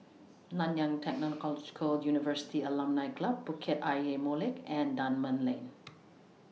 Nanyang Technological University Alumni Club Bukit Ayer Molek and Dunman Lane